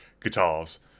guitars